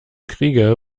kriege